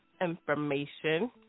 information